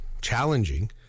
challenging